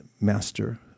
master